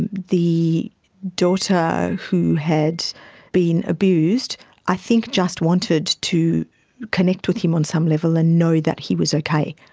and the daughter who had been abused i think just wanted to connect with him on some level and know that he was okay.